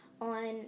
on